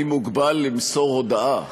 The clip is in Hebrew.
אני מוגבל למסור הודעה.